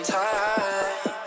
time